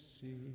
see